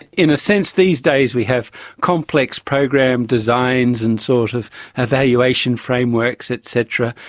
in a sense these days we have complex program designs and sort of evaluation frameworks et cetera,